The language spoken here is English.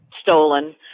stolen